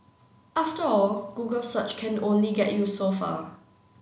after all Google search can only get you so far